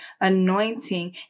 anointing